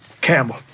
Campbell